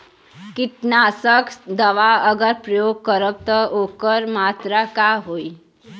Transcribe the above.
कीटनाशक दवा अगर प्रयोग करब त ओकर मात्रा का होई?